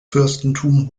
fürstentum